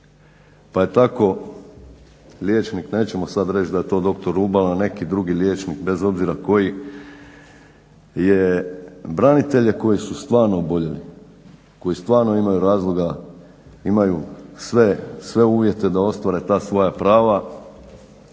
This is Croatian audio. Pa je tako liječnik, nećemo sad reći da je to dr. Rubala, neki drugi liječnik bez obzira koji je branitelje koji su stvarno oboljeli, koji stvarno imaju razloga, imaju sve uvjete da ostvare ta svoja prava